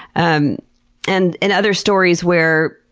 um and in other stories where,